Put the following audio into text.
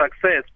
success